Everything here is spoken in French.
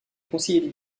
conseillers